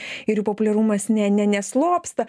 ir jų populiarumas ne ne neslopsta